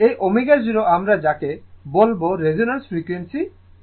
এই ω0 আমরা যাকে বলব রেজোন্যান্স ফ্রিকোয়েন্সি ω0